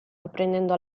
apprendendo